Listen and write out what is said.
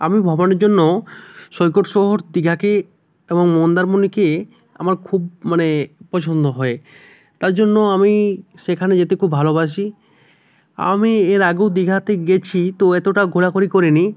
আমি ভ্রমণের জন্য সৈকত শহর দীঘাকে এবং মন্দারমণিকে আমার খুব মানে পছন্দ হয় তার জন্য আমি সেখানে যেতে খুব ভালোবাসি আমি এর আগেও দীঘাতে গেছি তো এতটা ঘোরাঘুরি করিনি